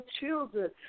children